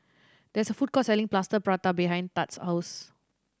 there is a food court selling Plaster Prata behind Thad's house